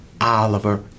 Oliver